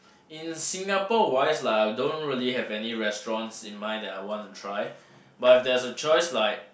in Singapore wise lah I don't really have any restaurants in mind that I want to try but there's a choice like